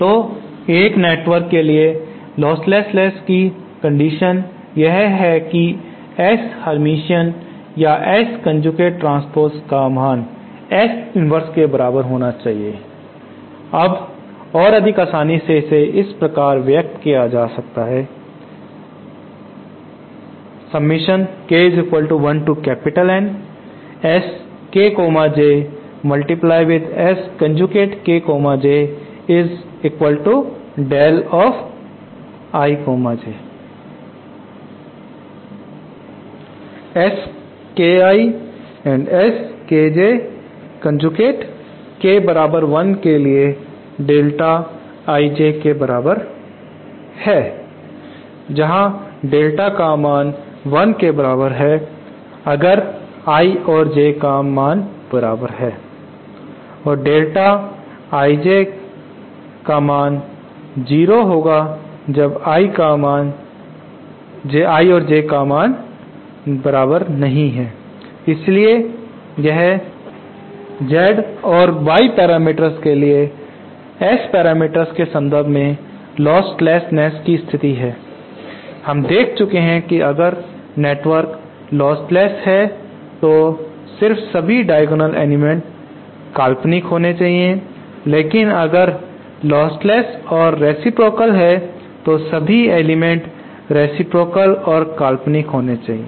तो एक नेटवर्क के लिए लोस्टलेस की उनिटरी कंडीशन यह है कि S हरमतिअन या S कोंजूगेट ट्रांस्पोसे का मान S इनवर्स के बराबर होना चाहिए अब mos और अधिक आसानी से इस प्रकार व्यक्त किया जाता है SKI SKJ कोंजूगेट K बराबर 1 के लिए डेल्टा IJ के बराबर है जहां डेल्टा IJ का मान 1 के बराबर है अगर I का मान J के बराबर है और डेल्टा IJ का मान 0 होगा जब I का मान 0 नहीं होगा इसलिए यह Z और Y पैरामीटर्स के लिए S पैरामीटर के संदर्भ में लोस्टलेसनेस की स्थिति है हम देख चुके हैं कि अगर नेटवर्क लोस्टलेस है तो सिर्फ सभी डायगोनल एलिमेंट काल्पनिक होने चाहिए लेकिन अगर लोस्टलेस और रेसिप्रोकाल है तो सभी एलिमेंट रेसिप्रोकाल और काल्पनिक होने चाहिए